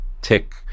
tick